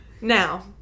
Now